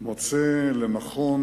כמו לדור מוצא לנכון